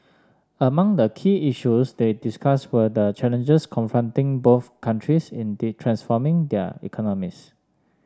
among the key issues they discussed were the challenges confronting both countries in the transforming their economies